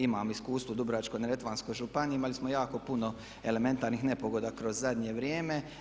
Imamo iskustvo u Dubrovačko-neretvanskoj županiji, imali smo jako puno elementarnih nepogoda kroz zadnje vrijeme.